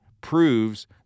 proves